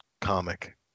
comic